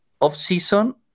off-season